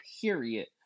period